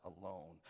alone